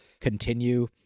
continue